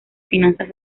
finanzas